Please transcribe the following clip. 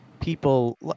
people